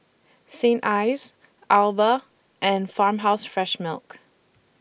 Saint Ives Alba and Farmhouse Fresh Milk